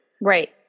Right